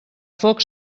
foc